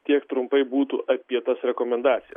tiek trumpai būtų apie tas rekomendacijas